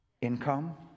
Income